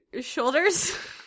shoulders